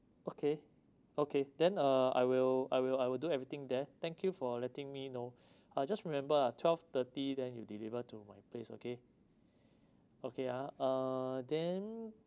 okay okay then uh I will I will I will do everything there thank you for letting me know uh just remember lah twelve thirty then you deliver to my place okay okay ah uh then